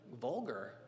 vulgar